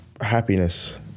happiness